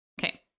okay